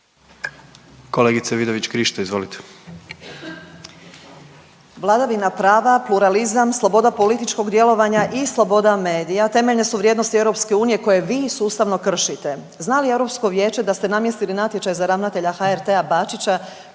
Kolegice Peović, izvolite.